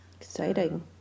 exciting